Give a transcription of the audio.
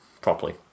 properly